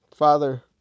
Father